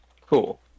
Cool